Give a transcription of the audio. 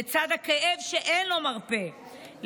לצד הכאב שאין לו מרפא,